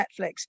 Netflix